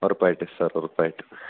ഉറപ്പായിട്ടും സർ ഉറപ്പായിട്ടും